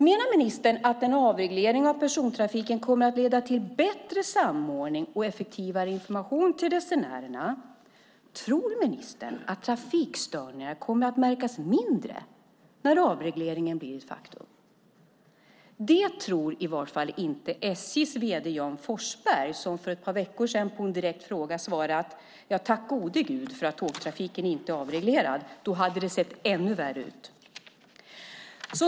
Menar ministern att en avreglering av persontrafiken kommer att leda till bättre samordning och effektivare information till resenärerna? Tror ministern att trafikstörningarna kommer att märkas mindre när avregleringen blir ett faktum? Det tror i vart fall inte SJ:s vd Jan Forsberg, som för ett par veckor sedan på en direkt fråga svarade: Tack gode Gud för att tågtrafiken inte är avreglerad. Då hade det sett ännu värre ut.